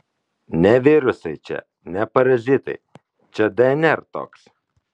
ne virusai čia ne parazitai čia dnr toks